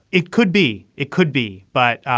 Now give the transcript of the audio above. it could be. it could be. but.